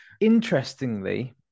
Interestingly